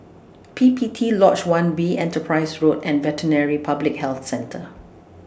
P P T Lodge one B Enterprise Road and Veterinary Public Health Centre